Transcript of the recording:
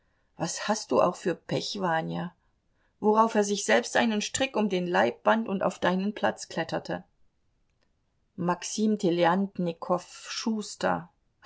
was hast du auch für pech wanja worauf er sich selbst einen strick um den leib band und auf deinen platz kletterte maxim teljantnikow schuster